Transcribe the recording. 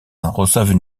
reçoivent